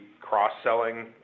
cross-selling